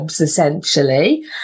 essentially